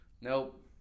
Nope